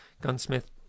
gunsmith